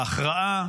ההכרעה,